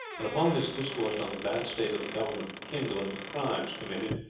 and upon this discoursed on the bad state of the government of the kingdom, and of the crimes committed.